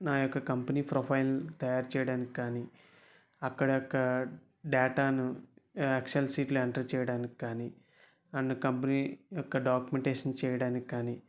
నా యొక్క company profile తయారు చేయడానికి కానీ అక్కడక్కడ డేటాను ఎక్సెల్ షీట్లో ఎంటర్ చేయడానికి కానీ అండ్ కంపెనీ యొక్క డాక్యుమెంటేషన్ చేయడానికి కానీ